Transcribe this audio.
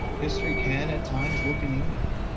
history can at times look anemic.